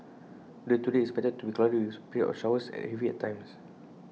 the weather today is expected to be cloudy with periods of showers heavy at times